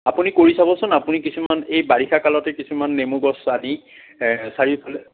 আপুনি কৰি চাবচোন আপুনি এই বাৰিষা কালতে কিছুমান নেমু গছ আনি চাৰিওফালে